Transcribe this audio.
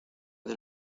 del